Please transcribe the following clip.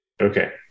Okay